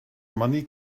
money